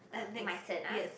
uh my turn ah